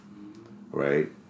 right